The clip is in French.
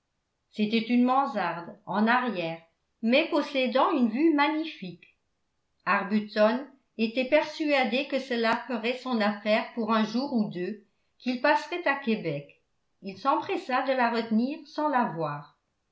c'était une mansarde en arrière mais possédant une vue magnifique arbuton était persuadé que cela ferait son affaire pour un jour ou deux qu'il passerait à québec il s'empressa de la retenir sans